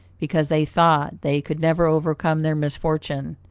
because they thought they could never overcome their misfortune.